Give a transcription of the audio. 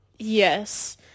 yes